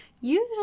usually